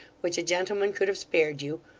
which a gentleman could have spared you,